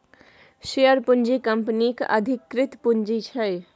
share पूँजी कंपनीक अधिकृत पुंजी छै